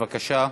בבקשה.